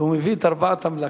והוא מביא את ארבעת המלכים,